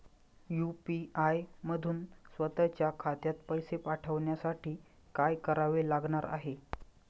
UPI मधून स्वत च्या खात्यात पैसे पाठवण्यासाठी काय करावे लागणार आहे?